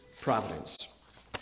providence